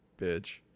bitch